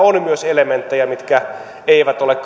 myös elementtejä mitkä eivät ole